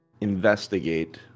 investigate